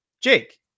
Jake